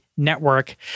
Network